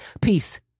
Peace